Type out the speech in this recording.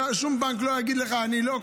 שום בנק לא יגיד לך: אני לא.